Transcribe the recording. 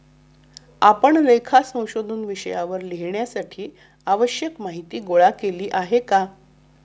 आपण लेखा संशोधन विषयावर लिहिण्यासाठी आवश्यक माहीती गोळा केली आहे का?